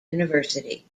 university